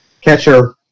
catcher